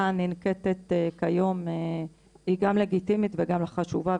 הננקטת כיום היא גם לגיטימית וגם חשובה,